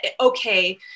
okay